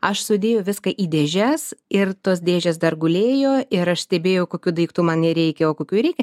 aš sudėjau viską į dėžes ir tos dėžės dar gulėjo ir aš stebėjau kokių daiktų man nereikia o kokių reikia